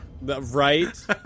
Right